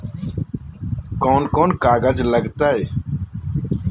कौन कौन कागज लग तय?